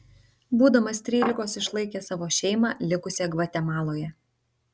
būdamas trylikos išlaikė savo šeimą likusią gvatemaloje